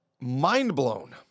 mind-blown